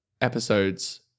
episode's